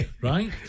right